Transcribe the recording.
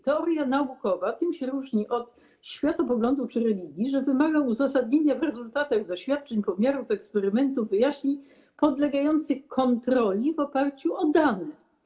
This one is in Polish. Teoria naukowa tym się różni od światopoglądu czy religii, że wymaga uzasadnienia w rezultatach doświadczeń, pomiarów, eksperymentów, wyjaśnień podlegających kontroli w oparciu o dane.